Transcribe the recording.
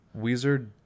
Weezer